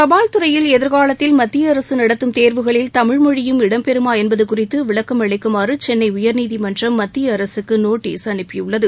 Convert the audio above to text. தபால் துறையில் எதிர்காலத்தில் மத்திய அரசு நடத்தம் தேர்வுகளில் தமிழ்மொழியும் இடம்பெறுமா என்பது குறித்து விளக்கம் அளிக்குமாறு சென்னை உயர்நீதிமன்றம் மத்திய அரசுக்கு நோட்டீஸ் அறப்பியுள்ளது